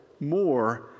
more